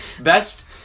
best